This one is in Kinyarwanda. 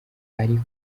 ariko